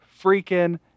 freaking